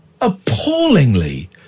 appallingly